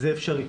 זה אפשרי.